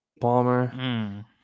palmer